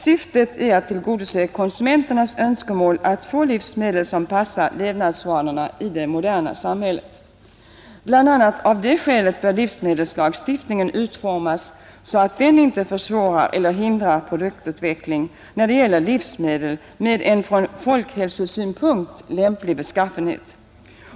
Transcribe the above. Syftet är att tillgodose konsumenternas önskemål att få livsmedel som passar levnadsvanorna i det moderna samhället. Bl. a. av det skälet bör livsmedelslagstiftningen utformas så att den inte försvårar eller hindrar produktutveckling när det gäller livsmedel med en från folkhälsosynpunkt lämplig beskaffenhet.